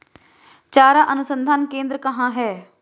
चारा अनुसंधान केंद्र कहाँ है?